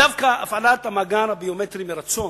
דווקא עם הפעלת המאגר הביומטרי מרצון,